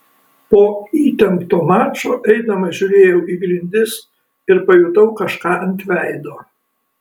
po įtempto mačo eidamas žiūrėjau į grindis ir pajutau kažką ant veido